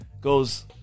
goes